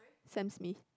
Sam-Smith